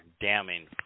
damning